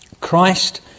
Christ